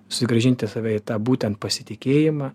sugrąžinti save į tą būtent pasitikėjimą